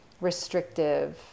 restrictive